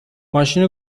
ماشینو